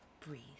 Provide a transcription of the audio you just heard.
breathe